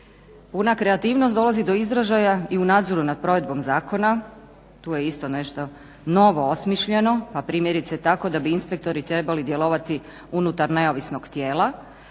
treba. Kreativnost dolazi do izražaja i u nadzoru nad provedbom zakona, tu je isto nešto novo osmišljeno, pa primjerice tako da bi inspektori trebali djelovati unutar neovisnog tijela